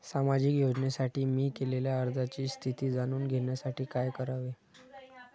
सामाजिक योजनेसाठी मी केलेल्या अर्जाची स्थिती जाणून घेण्यासाठी काय करावे?